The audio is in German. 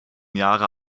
jahre